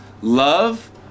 Love